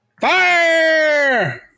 Fire